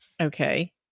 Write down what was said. okay